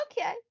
Okay